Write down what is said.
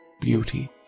Beauty